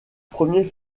premier